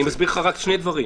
אני מסביר לך רק שני דברים.